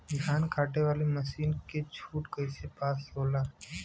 धान कांटेवाली मासिन के छूट कईसे पास होला?